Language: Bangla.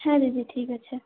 হ্যাঁ দিদি ঠিক আছে